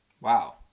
wow